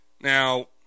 Now